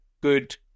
good